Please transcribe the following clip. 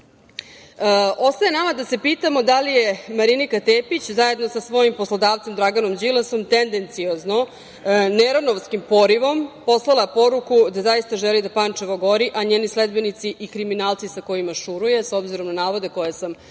nama da se pitamo da li je Marinika Tepić, zajedno sa svojim poslodavcem Draganom Đilasom tendenciozno, … porivom poslala poruku da zaista želi da Pančevo gori, a njeni sledbenici i kriminalci s kojima šuruje, s obzirom na navode koje sam rekla